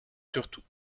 surtout